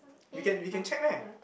we can we can check meh